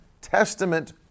Testament